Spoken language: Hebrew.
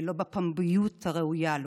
ולא בפומביות הראויה לו.